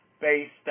based